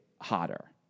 hotter